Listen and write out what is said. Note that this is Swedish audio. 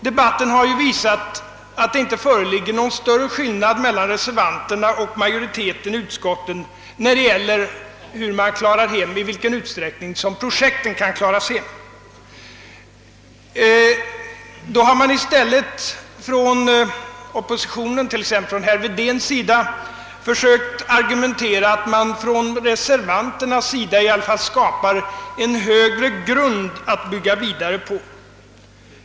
Debatten har ju visat att det inte föreligger någon större skillnad mellan reservanterna och utskottet om i vilken utsträckning projekten kan klaras av. Då har man i stället från oppositionen, t.ex. från herr Wedéns sida, försökt göra gällande att man från reservanternas sida i varje fall skapar en högre grund att bygga vidare på.